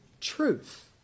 truth